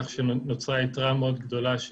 כך שנוצרה יתרה מאוד גדולה,